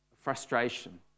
frustration